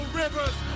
rivers